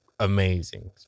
amazing